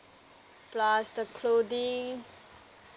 plus the clothing